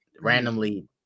randomly